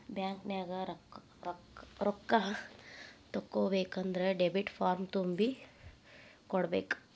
ಬ್ಯಾಂಕ್ನ್ಯಾಗ ರೊಕ್ಕಾ ತಕ್ಕೊಬೇಕನ್ದ್ರ ಡೆಬಿಟ್ ಫಾರ್ಮ್ ತುಂಬಿ ಕೊಡ್ಬೆಕ್